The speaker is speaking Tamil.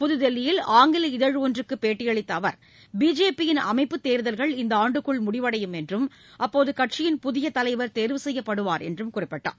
புதுதில்லியில் ஆங்கில இதழ் ஒன்றுக்கு பேட்டியளித்த அவர் பிஜேயின் அமைப்புத் தேர்தல்கள் இந்த ஆண்டுக்குள் முடிவடையும் என்றும் அப்போது கட்சியின் புதிய தலைவர் தேர்வு செய்யப்படுவார் என்றும் குறிப்பிட்டார்